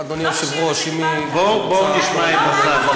אדוני היושב-ראש, בואו, בואו נשמע את השר.